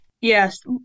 Yes